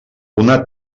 una